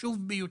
חשוב ביותר.